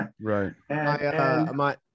Right